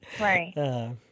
right